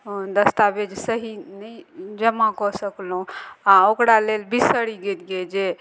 दस्तावेज सही नहि जमा कऽ सकलहुँ आओर ओकरा लेल बिसरि गेलिये जे